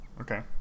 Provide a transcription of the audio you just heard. Okay